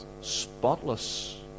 spotless